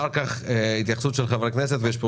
אחר כך נשמע התייחסות של חברי הכנסת ויש פה